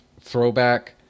throwback